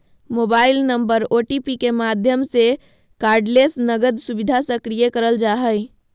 mobile number OTP के माध्यम से कार्डलेस नकद सुविधा सक्रिय करल जा हय